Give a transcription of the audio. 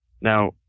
Now